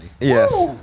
Yes